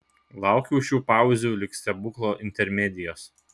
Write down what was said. laukiau šių pauzių lyg stebuklo intermedijos